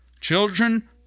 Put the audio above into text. Children